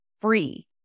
free